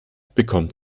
bekommt